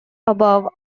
above